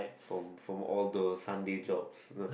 from from all those Sunday jobs uh